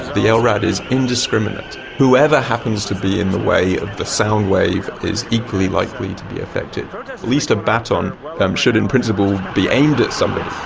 the ah lrad is indiscriminate. whoever happens to be in the way of the soundwave is equally likely to be affected. at least a baton should, in principle, be aimed at someone,